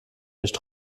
nicht